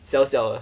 小小的